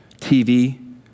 TV